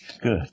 Good